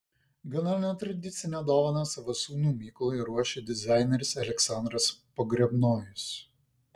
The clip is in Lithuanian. gana netradicinę dovaną savo sūnui mykolui ruošia dizaineris aleksandras pogrebnojus